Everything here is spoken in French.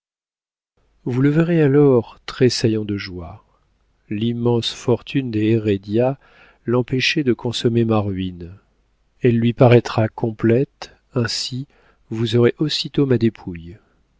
vous le verrez alors tressaillant de joie l'immense fortune des hérédia l'empêchait de consommer ma ruine elle lui paraîtra complète ainsi vous aurez aussitôt ma dépouille